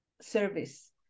service